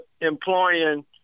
employing